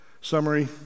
Summary